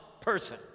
person